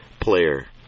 player